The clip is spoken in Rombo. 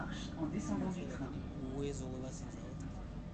Umuhimu nofola lakini ni uwezo wawasiza yotiki